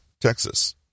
Texas